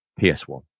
PS1